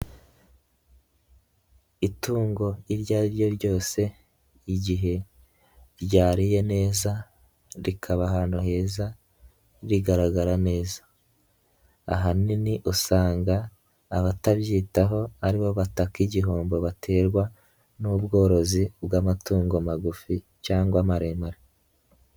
Itungo iryo ari ryo ryose, igihe ryariye neza, rikaba ahantu heza, rigaragara neza, ahanini usanga abatabyitaho, aribo bataka igihombo baterwa n'ubworozi bw'amatungo magufi cyangwa amaremare.